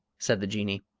said the jinnee,